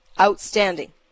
outstanding